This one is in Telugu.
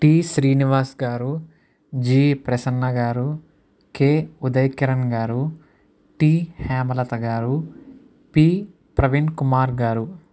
టి శ్రీనివాస్ గారు జి ప్రసన్నగారు కే ఉదయ్కిరణ్ గారు టి హేమలత గారు పి ప్రవీణ్కుమార్ గారు